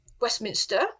Westminster